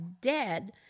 dead